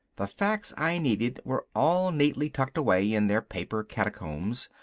the facts i needed were all neatly tucked away in their paper catacombs.